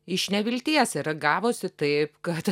iš nevilties ir gavosi taip kad